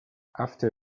after